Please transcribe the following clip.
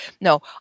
No